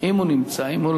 אם הוא נמצא, אם הוא נמצא.